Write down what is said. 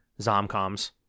Zomcoms